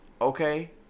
Okay